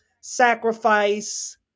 sacrifice